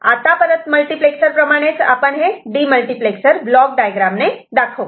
आता परत मल्टिप्लेक्सर प्रमाणेच आपण हे डीमल्टिप्लेक्सर ब्लॉक डायग्राम ने दाखवू